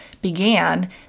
began